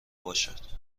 باشد